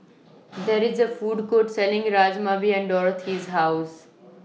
There IS A Food Court Selling Rajma behind Dorothy's House